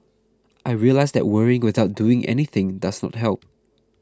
I realised that worrying without doing anything does not help